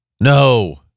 No